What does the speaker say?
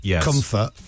comfort